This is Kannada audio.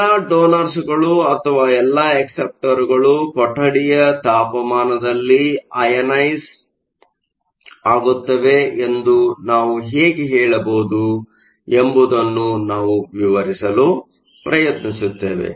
ಎಲ್ಲಾ ಡೋನರ್ಸ್ಗಳು ಅಥವಾ ಎಲ್ಲಾ ಅಕ್ಸೆಪ್ಟರ್ಗಳು ಕೊಠಡಿಯ ತಾಪಮಾನದಲ್ಲಿ ಅಯನೈಸ಼್ ಆಗುತ್ತವೆ ಎಂದು ನಾವು ಹೇಗೆ ಹೇಳಬಹುದು ಎಂಬುದನ್ನು ನಾವು ವಿವರಿಸಲು ಪ್ರಯತ್ನಿಸುತ್ತೇವೆ